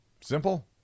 Simple